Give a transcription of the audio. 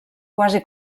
quasi